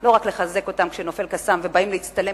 לא רק לחזק אותם כשנופל "קסאם" ובאים להצטלם